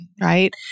right